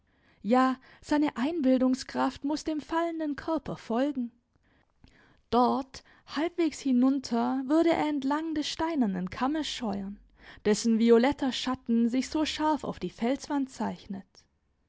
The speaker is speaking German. ja seine einbildungskraft muß dem fallenden körper folgen dort halbwegs hinunter würde er entlang des steinernen kammes scheuern dessen violetter schatten sich so scharf auf die felswand zeichnet